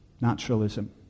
Naturalism